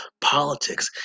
politics